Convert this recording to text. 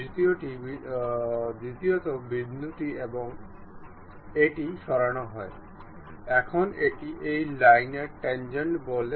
ধরুন আমরা এই বিশেষ এজে লেগে থাকতে চাই